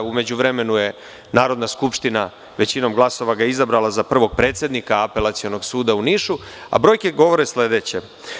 U međuvremenu je Narodna skupština većinom glasova ga izabrala za prvog predsednika Apelacionog suda u Nišu, a brojke govore sledeće.